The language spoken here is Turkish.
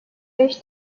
beş